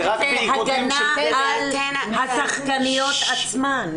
זה הגנה על השחקניות עצמן.